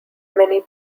many